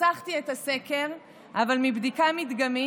אבל מבדיקה מדגמית: